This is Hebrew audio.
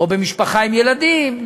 או במשפחה עם ילדים,